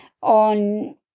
on